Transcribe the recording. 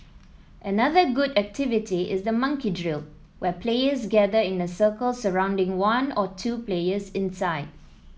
another good activity is the monkey drill where players gather in a circle surrounding one or two players inside